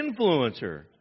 influencer